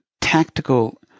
tactical